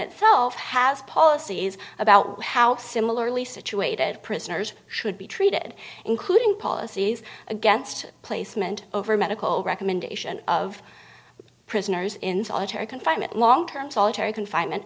itself has policies about how similarly situated prisoners should be treated including policies against placement over medical recommendation of prisoners in solitary confinement long term solitary confinement